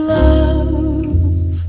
love